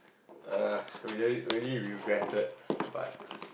err really really regretted but